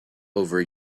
over